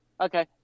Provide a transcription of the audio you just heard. Okay